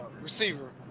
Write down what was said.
receiver